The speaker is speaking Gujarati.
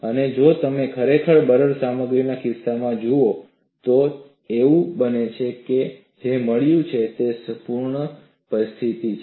અને જો તમે ખરેખર બરડ સામગ્રીના કિસ્સામાં જુઓ છો તો એવું બને છે કે અમને જે મળ્યું છે તે પણ પૂરતી સ્થિતિ છે